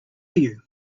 you